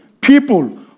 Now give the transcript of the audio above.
people